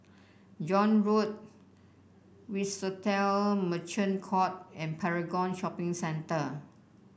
John Road Swissotel Merchant Court and Paragon Shopping Centre